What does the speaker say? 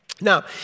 Now